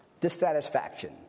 Dissatisfaction